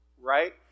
right